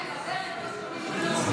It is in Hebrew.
הגדלת סכום הפיצוי בלא הוכחת